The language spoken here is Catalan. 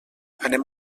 anem